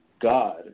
God